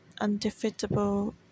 undefeatable